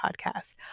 podcast